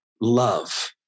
love